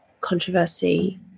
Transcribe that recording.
controversy